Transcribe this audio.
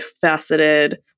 faceted